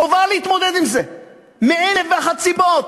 חובה להתמודד עם זה מאלף ואחת סיבות.